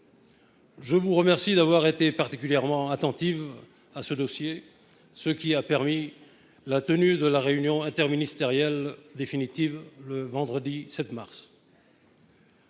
je vous remercie d’avoir été particulièrement attentive à ce dossier, ce qui a permis la tenue de la réunion interministérielle définitive le vendredi 7 mars